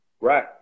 Right